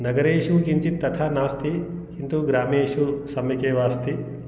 नगरेषु किञ्चित् तथा नास्ति किन्तु ग्रामेषु सम्यकेव अस्ति